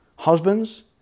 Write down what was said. Husbands